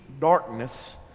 darkness